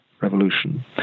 Revolution